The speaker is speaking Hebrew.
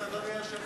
אדוני היושב-ראש,